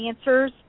answers